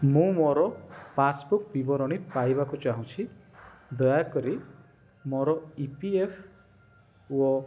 ମୁଁ ମୋର ପାସ୍ବୁକ୍ ବିବରଣୀ ପାଇବାକୁ ଚାହୁଁଛି ଦୟାକରି ମୋର ଇ ପି ଏଫ୍ ଓ